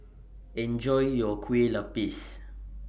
Enjoy your Kueh Lapis